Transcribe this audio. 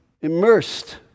Immersed